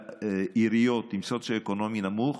עיריות עם רמה סוציו-אקונומית נמוכה,